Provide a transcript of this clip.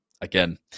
again